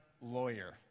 lawyer